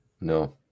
No